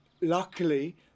Luckily